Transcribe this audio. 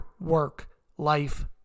work-life